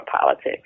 politics